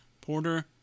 Porter